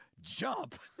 jump